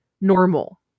normal